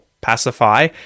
pacify